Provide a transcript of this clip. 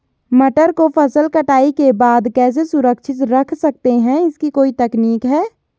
मटर को फसल कटाई के बाद कैसे सुरक्षित रख सकते हैं इसकी कोई तकनीक है?